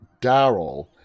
Daryl